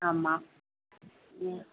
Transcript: ஆமாம்